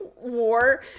War